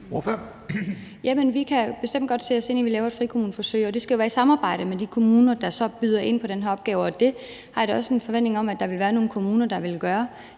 bestemt godt sætte os ind i, at vi laver et frikommuneforsøg, og det skal jo være i et samarbejde med de kommuner, der så byder ind på den her opgave, og det har jeg da også en forventning om at der vil være nogle kommuner der vil gøre.